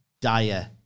dire